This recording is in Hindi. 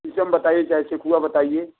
शीशम बताइए चाहे सखुआ बताइए